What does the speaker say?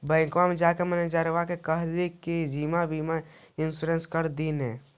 बैंकवा मे जाके मैनेजरवा के कहलिऐ कि जिवनबिमा इंश्योरेंस कर दिन ने?